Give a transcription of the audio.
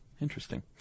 Interesting